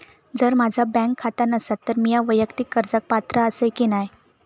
जर माझा बँक खाता नसात तर मीया वैयक्तिक कर्जाक पात्र आसय की नाय?